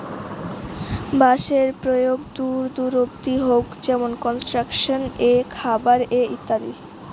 বাঁশের প্রয়োগ দূর দূর অব্দি হউক যেমন কনস্ট্রাকশন এ, খাবার এ ইত্যাদি